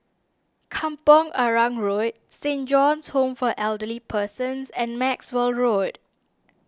Kampong Arang Road Saint John's Home for Elderly Persons and Maxwell Road